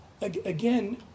again